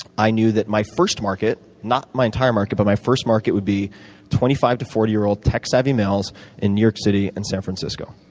i knew that my first market not my entire market, but my first market would be twenty five to forty year old tech-savvy males in new york city and san francisco.